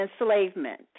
Enslavement